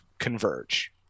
Converge